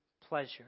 pleasure